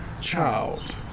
child